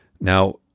Now